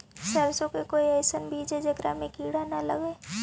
सरसों के कोई एइसन बिज है जेकरा में किड़ा न लगे?